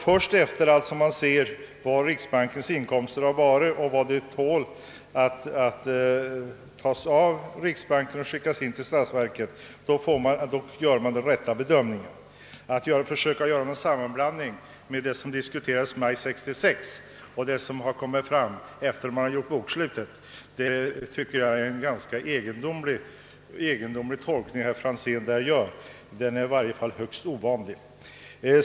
Först när man sett hur stora riksbankens inkomster varit kunde man rätt bedöma hur mycket riksbanken kunde tåla att skicka in till statsverket. Herr Franzén blandar samman vad som diskuterades i maj 1966 och vad som kommit fram efter bokslutet. Hans tolkning är i varje fall rätt ovanlig.